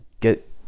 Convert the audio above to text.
get